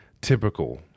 typical